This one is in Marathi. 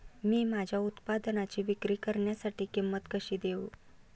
मी माझ्या उत्पादनाची विक्री करण्यासाठी किंमत कशी देऊ?